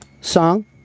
song